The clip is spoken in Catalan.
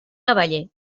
cavaller